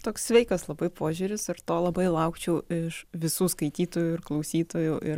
toks sveikas labai požiūris ir to labai laukčiau iš visų skaitytojų ir klausytojų ir